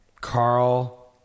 Carl